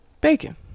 Bacon